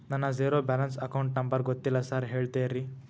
ನನ್ನ zero balance account number ಗೊತ್ತಿಲ್ಲ sir ಹೇಳ್ತೇರಿ?